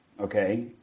okay